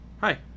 Hi